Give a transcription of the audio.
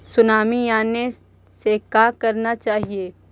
Tsunami आने से का करना चाहिए?